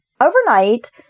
Overnight